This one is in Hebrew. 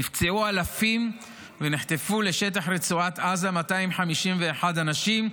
נפצעו אלפים, ונחטפו לשטח רצועת עזה 251 אנשים,